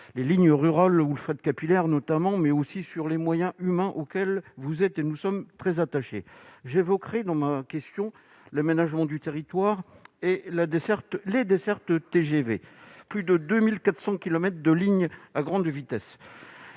les lignes rurales ou le fret capillaire notamment, mais aussi sur les moyens humains auxquels nous sommes, comme vous, très attachés. Mais j'évoquerai dans ma question l'aménagement du territoire et les dessertes TGV, les lignes à grande vitesse